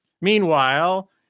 meanwhile